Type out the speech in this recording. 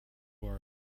our